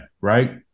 right